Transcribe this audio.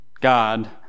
God